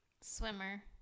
Swimmer